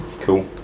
Cool